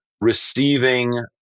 receiving